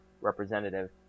representative